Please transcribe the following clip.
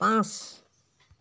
পাঁচ